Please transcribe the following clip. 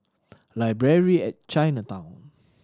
Library at Chinatown